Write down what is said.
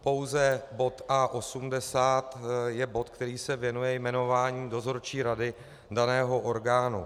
Pouze bod A80 je bod, který se věnuje jmenování dozorčí rady daného orgánu.